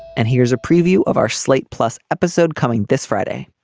and here's a preview of our slate plus episode coming this friday